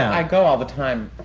i go all the time.